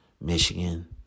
Michigan